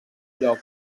lloc